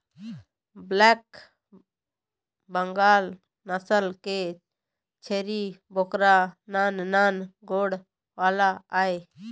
black Bengal नसल के छेरी बोकरा नान नान गोड़ वाला आय